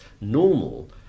normal